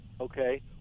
okay